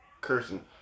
cursing